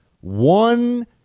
one